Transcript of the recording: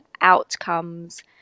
outcomes